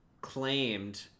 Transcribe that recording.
claimed